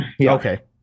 Okay